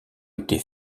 été